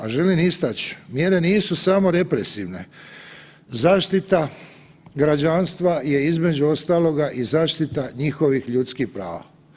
A želim istać, mjere nisu samo represivne, zaštita građanstva je između ostaloga i zaštita njihovih ljudskih prava.